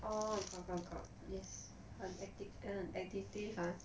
orh got got got it's 很 addict 很 addictive ah